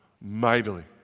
mightily